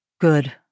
Good